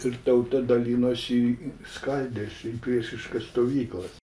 ir tauta dalinosi skaldėsi į priešiškas stovyklas